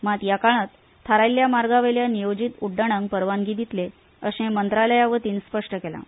मात ह्या काळांत थारायिल्ल्या मार्गा वयल्या नियोजीत उड्डाणांक परवानगी दितले अशें मंत्रालया वतीन स्पश्ट केलां